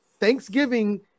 Thanksgiving